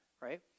Right